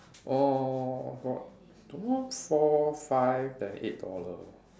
orh got don't know four five then eight dollar